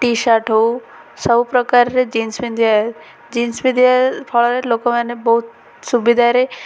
ଟି shirt ହଉ ସବୁପ୍ରକାରରେ jeans ପିନ୍ଧିବା ଜିନ୍ସ ପିନ୍ଧିବା ଫଳରେ ଲୋକମାନେ ବହୁତ ସୁବିଧାରେ